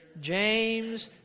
James